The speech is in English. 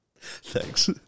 Thanks